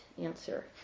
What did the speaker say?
answer